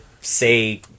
say